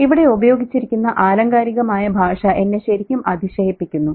ഇവിടെ ഉപയോഗിച്ചിരിക്കുന്ന ആലങ്കാരികമായ ഭാഷ എന്നെ ശരിക്കും അതിശയിപ്പിക്കുന്നു